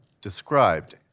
described